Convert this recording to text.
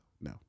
no